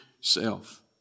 self